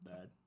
Bad